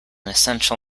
essential